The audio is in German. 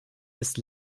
ist